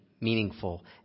meaningful